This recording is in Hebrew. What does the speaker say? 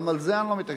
גם על זה אני לא מתעקש.